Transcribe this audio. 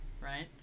right